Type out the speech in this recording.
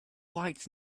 lights